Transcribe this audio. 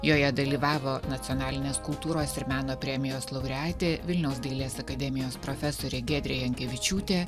joje dalyvavo nacionalinės kultūros ir meno premijos laureatė vilniaus dailės akademijos profesorė giedrė jankevičiūtė